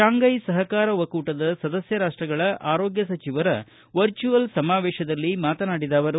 Shanghai ಸಹಕಾರ ಒಕ್ಕೂಟದ ಸದಸ್ಯ ರಾಷ್ಟಗಳ ಆರೋಗ್ಯ ಸಚಿವರ ವರ್ಚುಯಲ್ ಸಮಾವೇಷದಲ್ಲಿ ಮಾತನಾಡಿದ ಅವರು